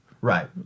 Right